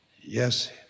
Yes